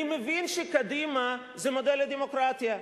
אני מבין שקדימה זה מודל לדמוקרטיה,